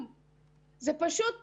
זו פשוט בדיחה.